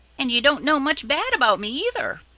and you don't know much bad about me either,